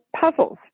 puzzles